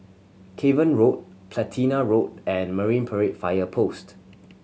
Cavan Road Platina Road and Marine Parade Fire Post